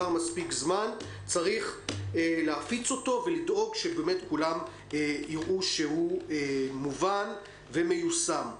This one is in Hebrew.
עבר מספיק זמן צריך להפיץ אותו ולדאוג שכולם יראו שהוא מובן ומיושם.